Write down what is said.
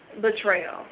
betrayal